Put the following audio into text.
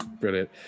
Brilliant